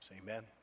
Amen